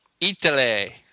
Italy